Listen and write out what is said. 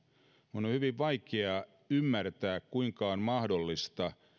on hyvin vaikea ymmärtää kuinka on mahdollista